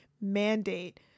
mandate